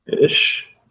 Ish